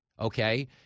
Okay